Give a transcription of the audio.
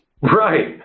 Right